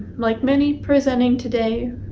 like many presenting today,